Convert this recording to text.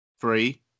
three